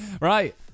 Right